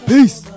Peace